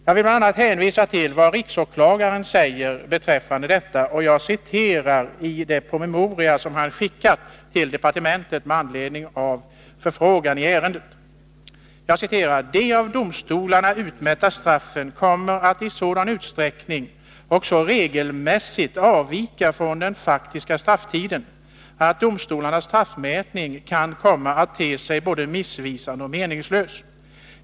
Jag vill bl.a. hänvisa till vad riksåklagaren säger beträffande detta i den promemoria som han skickat till departementet med anledning av en förfrågan i ärendet: ”De av domstolarna utmätta straffen kommer att i sådan utsträckning och så regelmässigt avvika från den faktiska strafftiden att domstolarnas straffmätning kan komma att te sig både missvisande och meningslös.